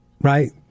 Right